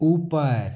ऊपर